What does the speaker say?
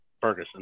Ferguson